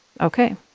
Okay